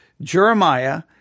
Jeremiah